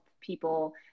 people